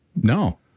No